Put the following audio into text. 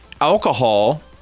alcohol